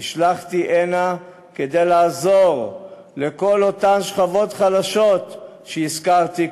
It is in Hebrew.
נשלחתי הנה כדי לעזור לכל אותן שכבות חלשות שהזכרתי קודם.